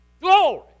Glory